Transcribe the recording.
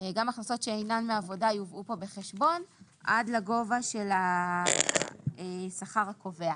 אלא גם הכנסות שאינן מעבודה יובאו כאן בחשבון עד לגובה של השכר הקובע.